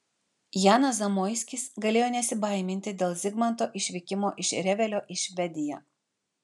janas zamoiskis galėjo nesibaiminti dėl zigmanto išvykimo iš revelio į švediją